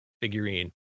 figurine